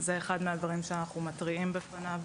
זה אחד מהדברים שאנחנו מתריעים בפניו.